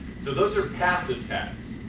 so those are passive tags.